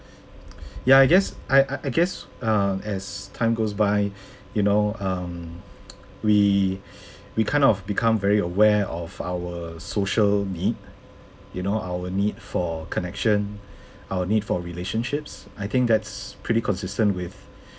ya I guess I I I guess uh as time goes by you know um we we kind of become very aware of our social need you know our need for connection our need for relationships I think that's pretty consistent with